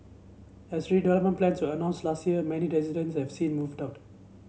as redevelopment plans were announced last year many residents have since moved out